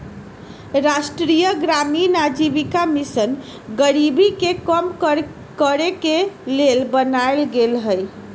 राष्ट्रीय ग्रामीण आजीविका मिशन गरीबी के कम करेके के लेल बनाएल गेल हइ